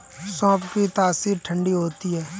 सौंफ की तासीर ठंडी होती है